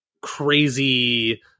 crazy